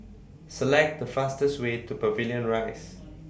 Select The fastest Way to Pavilion Rise